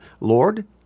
Lord